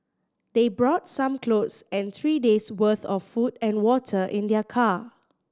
they brought some clothes and three days worth of food and water in their car